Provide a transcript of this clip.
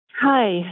Hi